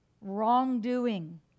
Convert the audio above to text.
Wrongdoing